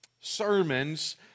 sermons